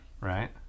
Right